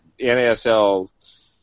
NASL